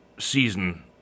Season